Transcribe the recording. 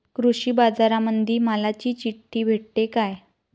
कृषीबाजारामंदी मालाची चिट्ठी भेटते काय?